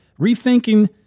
rethinking